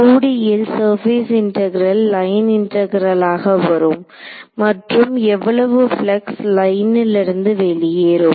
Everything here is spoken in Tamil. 2D ல் சர்பேஸ் இன்டெகரெல் லைன் இன்டெகரெலாக வரும் மற்றும் எவ்வளவு பிளக்ஸ் லைனில் இருந்து வெளியேறும்